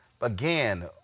again